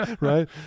Right